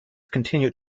continued